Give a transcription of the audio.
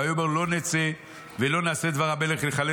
ויאמרו לא נצא ולא נעשה דבר המלך לחלל